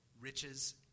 riches